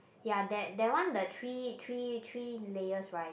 ya that that one the three three three layers right